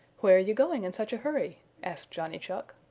where are you going in such a hurry? asked johnny chuck.